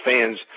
fans